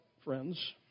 friends